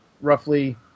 roughly